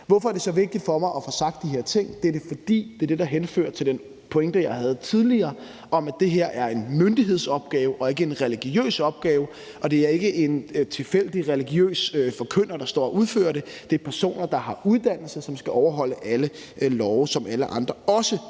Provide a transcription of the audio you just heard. Hvorfor er det så vigtig for mig at få sagt de her ting? Det er det, fordi det er det, der henfører til den pointe, jeg havde tidligere, om, at det her er en myndighedsopgave og ikke en religiøs opgave, og det er ikke en tilfældig religiøs forkynder, der står og udfører det, det er personer, der har uddannelse, og som skal overholde alle love, som alle andre også ville